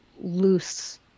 loose